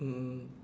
mm